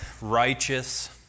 righteous